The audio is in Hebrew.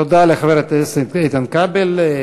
תודה לחבר הכנסת איתן כבל.